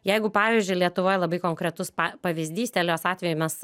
jeigu pavyzdžiui lietuvoj labai konkretus pa pavyzdys telios atveju mes